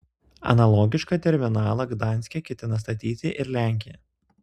analogišką terminalą gdanske ketina statyti ir lenkija